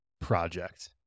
project